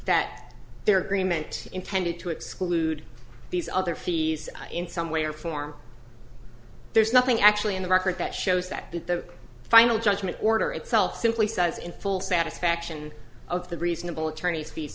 that their agreement intended to exclude these other fees in some way or form there's nothing actually in the record that shows that the final judgment order itself simply says in full satisfaction of the reasonable attorneys fees